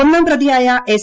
ഒന്നാം പ്രതിയായ എസ്